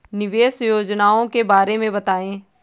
निवेश योजनाओं के बारे में बताएँ?